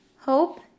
Hope